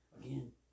again